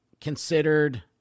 considered